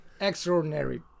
extraordinary